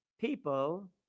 people